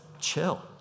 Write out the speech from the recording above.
chill